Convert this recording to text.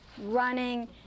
running